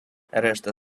решта